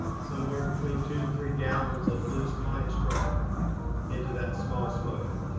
somewhere between two to three gallons of loose pine straw into that small smoker.